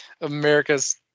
America's